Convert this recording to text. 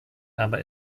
aber